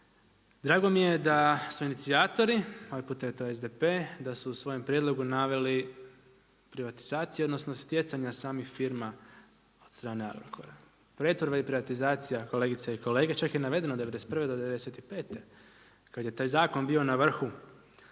Drago mi je da su inicijatori, ovaj puta je to SDP da su u svojem prijedlogu naveli privatizacije, odnosno stjecanja samih firma od strane Agrokora. Pretvorba i privatizacija, kolegice i kolege, čak je i navedeno '91. do '95. kada je taj zakon bio na vrhu,